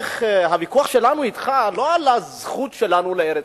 הוויכוח שלנו אתך לא על הזכות שלנו לארץ-ישראל,